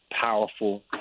powerful